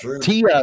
Tia